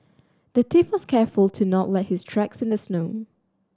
the thief was careful to not let his tracks in the snow